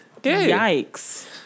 Yikes